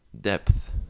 depth